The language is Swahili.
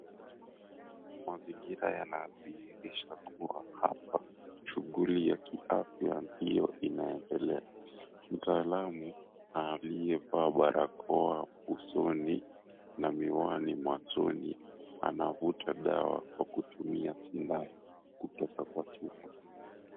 Mazingira yanadhihirisha kuwa hapa, shughuli za kiafya ndio inaendelea. Mtaalamu aliyevaa barakoa usoni na miwani machoni, anavuta dawa kwa kutumia sindano kutoka kwa chupa.